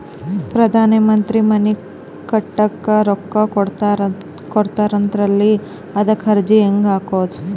ಪ್ರಧಾನ ಮಂತ್ರಿ ಮನಿ ಕಟ್ಲಿಕ ರೊಕ್ಕ ಕೊಟತಾರಂತಲ್ರಿ, ಅದಕ ಅರ್ಜಿ ಹೆಂಗ ಹಾಕದು?